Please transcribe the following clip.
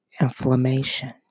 inflammation